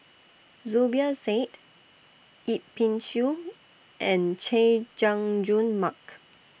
Zubir Said Yip Pin Xiu and Chay Jung Jun Mark